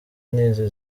nizi